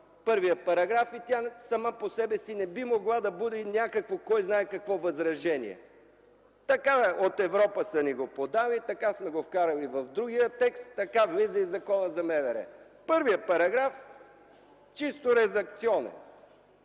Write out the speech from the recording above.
първия параграф и тя сама по себе си не би могла да буди някакво кой знае какво възражение – така от Европа са ни го подали, така сме го вкарали в другия текст, така влиза и в Закона за МВР. Първият параграф е чисто редакционен.